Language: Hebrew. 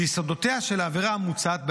ויסודותיה של העבירה המוצעת,